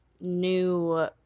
new